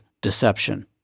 deception